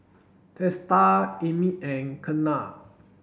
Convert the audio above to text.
Teesta Amit and Ketna